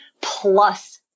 plus